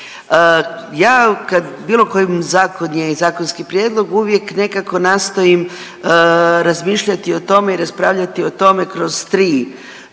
kad bilo koji zakon je i zakonski prijedlog uvijek nekako nastojim razmišljati o tome i raspravljati o tome kroz 3